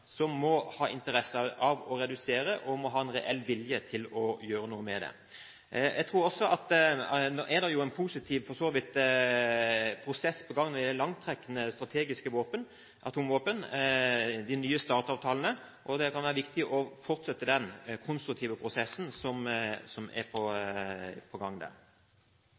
som må ha interesse av å redusere og ha en reell vilje til å gjøre noe med. Det er for så vidt en positiv prosess på gang når det gjelder langtrekkende strategiske atomvåpen, i de nye START-avtalene. Det kan være viktig å fortsette den konstruktive prosessen som der er på gang. Det er to nye stater som nettopp har fått atomvåpen, eller som er på